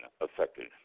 affected